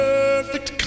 perfect